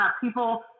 people